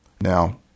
Now